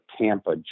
Tampa